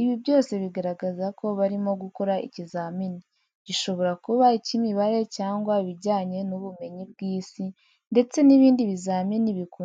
Ibi byose bigaragaza ko barimo gukora ikizamini, gishobora kuba icy'imibare cyangwa ibijyanye n'ubumenyi bw'Isi ndetse n'ibindi bizamini bikunze gukorwa n'abanyeshuri.